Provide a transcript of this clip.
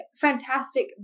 fantastic